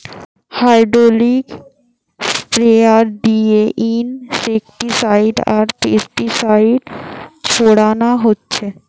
hydraulic sprayer দিয়ে insecticide আর pesticide ছোড়ানা হচ্ছে